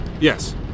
Yes